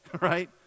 right